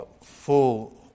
full